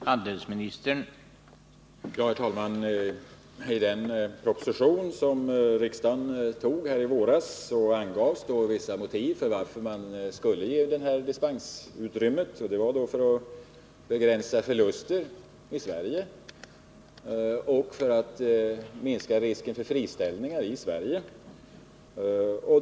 Herr talman! I den proposition som riksdagen antog i våras angavs vissa motiv för varför man skulle ge dispensutrymme. Skälen var bl.a. att man ville begränsa förluster i Sverige och att man ville minska risken för friställningar i Sverige.